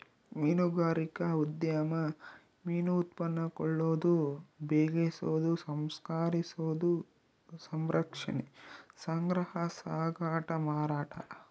ಮೀನುಗಾರಿಕಾ ಉದ್ಯಮ ಮೀನು ಉತ್ಪನ್ನ ಕೊಳ್ಳೋದು ಬೆಕೆಸೋದು ಸಂಸ್ಕರಿಸೋದು ಸಂರಕ್ಷಣೆ ಸಂಗ್ರಹ ಸಾಗಾಟ ಮಾರಾಟ